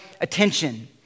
attention